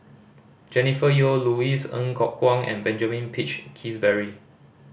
Jennifer Yeo Louis Ng Kok Kwang and Benjamin Peach Keasberry